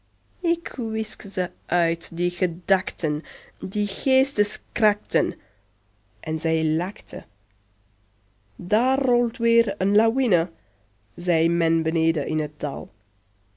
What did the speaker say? ik wisch ze uit die gedachten die geesteskrachten en zij lachte daar rolt weer een lawine zei men beneden in het dal